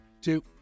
two